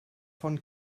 von